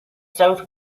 south